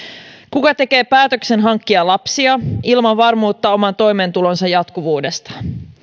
kuka tekee päätöksen hankkia lapsia ilman varmuutta oman toimeentulonsa jatkuvuudesta